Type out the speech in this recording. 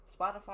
spotify